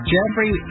Jeffrey